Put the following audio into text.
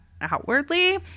outwardly